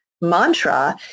mantra